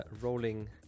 rolling